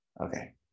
Okay